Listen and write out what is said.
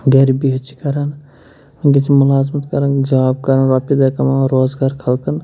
گَرِ بِہِتھ چھِ کران وٕنۍکٮ۪س چھِ مُلازمَت کران جاب کران رۄپیہِ داہ کماوان روزگار خلقَن